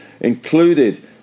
included